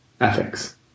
ethics